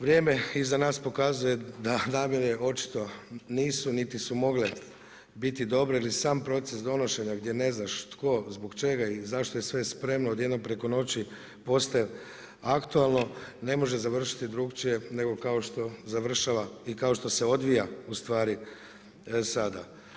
Vrijeme iza nas pokazuje da namjere očito nisu niti su mogle biti dobre, jer je sam proces donošenja gdje ne znaš tko zbog čega i zašto je sve spremno odjednom preko noći postaje aktualno ne može završiti drukčije nego kao što završava i kao što se odvija u stvari sada.